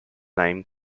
name